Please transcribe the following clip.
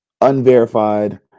unverified